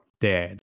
dead